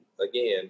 again